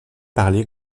parler